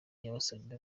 yabasabye